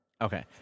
Okay